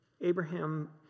Abraham